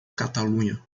catalunha